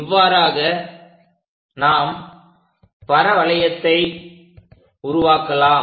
இவ்வாறாக நாம் பரவளையத்தை உருவாக்கலாம்